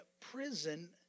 prison